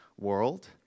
world